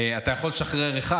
אתה יכול לשחרר אחד,